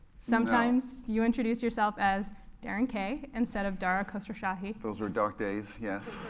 sometimes you introduced yourself as daryn kay instead of dara khosrowshahi. those were dark days, yes.